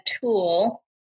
tool